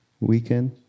weekend